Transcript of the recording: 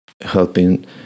helping